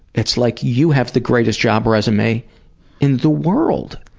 it's like you have the greatest job resume in the world.